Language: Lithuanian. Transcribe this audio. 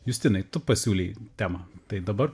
justinai tu pasiūlei temą tai dabar